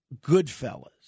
Goodfellas